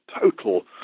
total